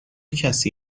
کسی